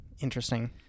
Interesting